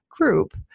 group